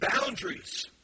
boundaries